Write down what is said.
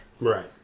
Right